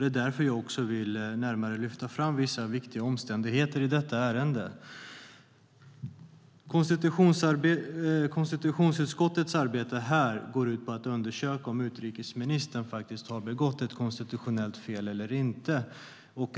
Det är därför jag närmare vill lyfta fram vissa viktiga omständigheter i detta ärende. Konstitutionsutskottets arbete går i detta ärende ut på att undersöka om utrikesministern har begått ett konstitutionellt fel eller inte.